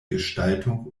gestaltung